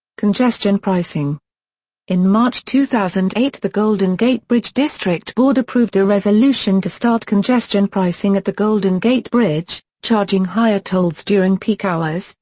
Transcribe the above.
congestion pricing in march two thousand and eight the golden gate bridge district board approved a resolution to start congestion pricing at the golden gate bridge, charging higher tolls during peak hours,